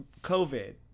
COVID